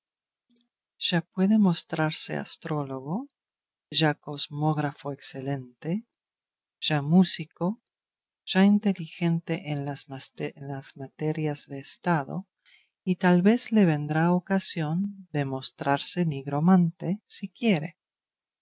ya puede mostrarse astrólogo ya cosmógrafo excelente ya músico ya inteligente en las materias de estado y tal vez le vendrá ocasión de mostrarse nigromante si quisiere